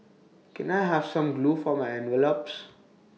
can I have some glue for my envelopes